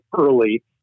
early